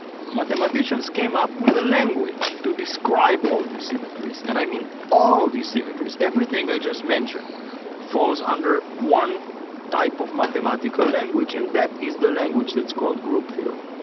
mathematicians came up with a language to describe all these symmetries, and i mean all these symmetries. everything i just mentioned falls under one type of mathematical language and that is the language that's called group theory.